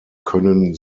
können